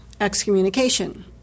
excommunication